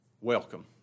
Welcome